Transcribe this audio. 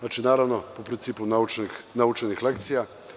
Naravno, po principu naučenih lekcija.